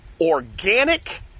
organic